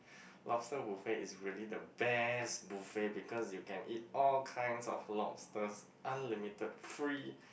lobsters buffet is really the best buffet because you can eat all kinds of lobsters unlimited free